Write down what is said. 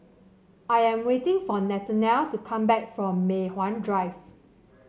I am waiting for Nathanial to come back from Mei Hwan Drive